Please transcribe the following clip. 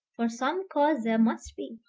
for some cause there must be.